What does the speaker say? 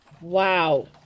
Wow